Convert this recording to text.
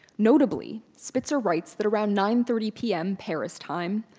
notably, spitzer writes that around nine thirty p m. paris time,